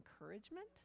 encouragement